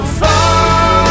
far